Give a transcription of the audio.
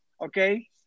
okay